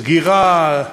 סגירה,